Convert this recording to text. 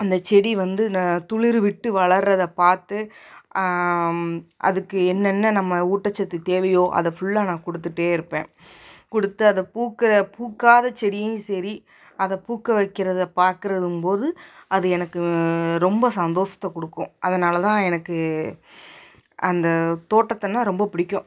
அந்த செடி வந்து துளிர் விட்டு வளர்றதை பார்த்து அதுக்கு என்னென்ன நம்ம ஊட்டச்சத்து தேவையோ அதை ஃபுல்லாக நான் கொடுத்துட்டே இருப்பேன் கொடுத்து அது பூக்கிற பூக்காத செடியும் சரி அதை பூக்க வெக்கிறது பார்க்குறதும்போது அது எனக்கு ரொம்ப சந்தோஷத்தை கொடுக்கும் அதனால்தான் எனக்கு அந்த தோட்டத்துன்னால் ரொம்ப பிடிக்கும்